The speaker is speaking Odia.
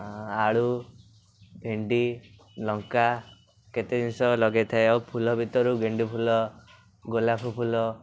ଆଳୁ ଭେଣ୍ଡି ଲଙ୍କା କେତେ ଜିନିଷ ଲଗାଇଥାଏ ଆଉ ଫୁଲ ଭିତରୁ ଗେଣ୍ଡୁଫୁଲ ଗୋଲାପ ଫୁଲ